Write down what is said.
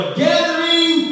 gathering